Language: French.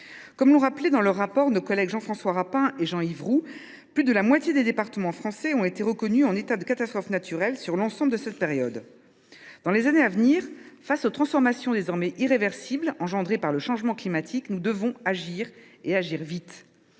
Comme l’ont rappelé Jean François Rapin et Jean Yves Roux dans leur rapport d’information, plus de la moitié des départements français ont été reconnus en état de catastrophe naturelle sur l’ensemble de cette période. Dans les années à venir, face aux transformations désormais irréversibles provoquées par le changement climatique, nous devons agir, et agir vite.